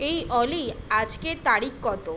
এই অলি আজকের তারিখ কতো